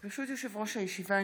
ברשות יושב-ראש הישיבה,